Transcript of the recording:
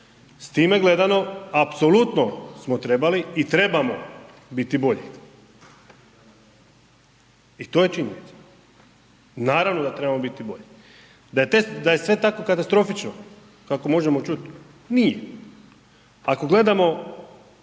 S time gledano, apsolutno smo trebali i trebamo biti bolji i to je činjenica. Naravno da trebamo biti bolji. Da je sve tako katastrofično kako možemo čuti, nije. Ako gledamo